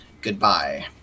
Goodbye